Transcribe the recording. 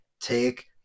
take